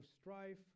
strife